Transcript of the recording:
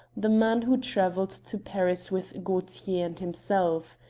the man who travelled to paris with gaultier and himself.